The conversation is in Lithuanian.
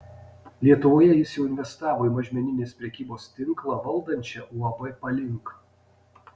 lietuvoje jis jau investavo į mažmeninės prekybos tinklą valdančią uab palink